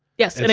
yes, and